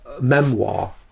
memoir